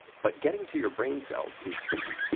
but getting to your brain cells is tricky,